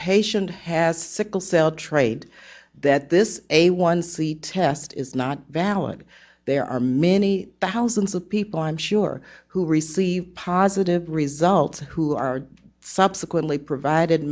patient has sickle cell trait that this a one c test is not valid there are many thousands of people i'm sure who receive positive results who are subsequently provided